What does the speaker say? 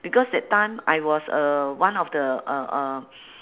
because that time I was uh one of the uh uh